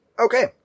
Okay